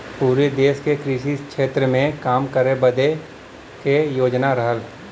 पुरे देस के कृषि क्षेत्र मे काम करे बदे क योजना रहल